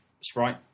Sprite